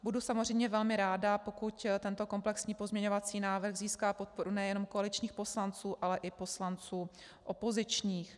Budu samozřejmě velmi ráda, pokud tento komplexní pozměňovací návrh získá podporu nejenom koaličních poslanců, ale i poslanců opozičních.